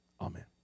Amen